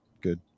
good